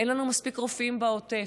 אין לנו מספיק רופאים בעוטף?